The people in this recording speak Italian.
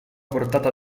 portata